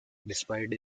despite